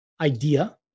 idea